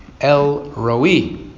El-Roi